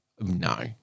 No